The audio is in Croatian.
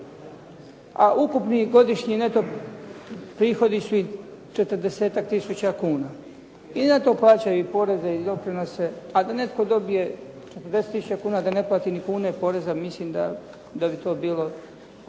a ukupni godišnji neto prihodi su i četrdesetak tisuća kuna. I na to plaćaju i poreze i doprinose, a da netko dobije 40000 kuna da ne plati ni kune poreza mislim da bi to bilo